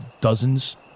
dozens